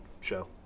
show